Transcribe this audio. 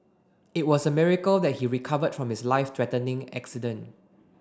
it was a miracle that he recovered from his life threatening accident